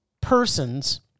persons